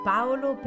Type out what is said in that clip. Paolo